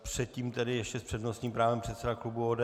Předtím tedy ještě s přednostním právem předseda klubu ODS.